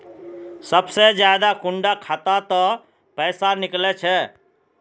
सबसे ज्यादा कुंडा खाता त पैसा निकले छे?